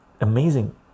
amazing